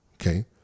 Okay